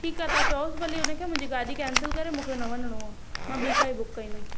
ठीक आहे तव्हां चओसि भली हुन खे गाॾी कैंसिल करे मूंखे न वञणो आहे मां बि काई बुक कंदुमि